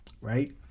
Right